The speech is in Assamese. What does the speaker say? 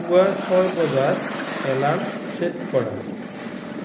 পুৱা ছয় বজাত এলাৰ্ম ছেট কৰা